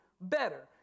better